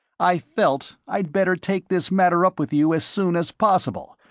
i felt i'd better take this matter up with you as soon as possible,